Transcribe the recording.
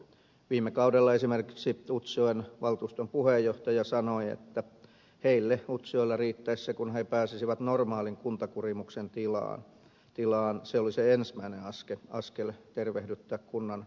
viime kaudella esimerkiksi utsjoen valtuuston puheenjohtaja sanoi että heille utsjoella riittäisi se kun he pääsisivät normaalin kuntakurimuksen tilaan se olisi se ensimmäinen askel tervehdyttää kunnan taloutta